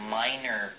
minor